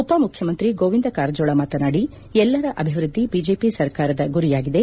ಉಪ ಮುಖ್ಯಮಂತ್ರಿ ಗೋವಿಂದ ಕಾರಜೋಳ ಮಾತನಾಡಿ ಎಲ್ಲರ ಅಭಿವೃದ್ದಿ ಬಿಜೆಪಿ ಸರ್ಕಾರದ ಗುರಿಯಾಗಿದೆ